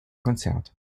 konzert